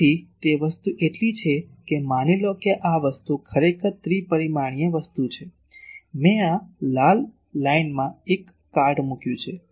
તેથી તે વસ્તુ એટલી છે કે માની લો કે આ વસ્તુ ખરેખર ત્રિપરિમાણીય વસ્તુ છે મેં આ લાલ લાઇનમાં એક કાર્ટ મૂક્યું છે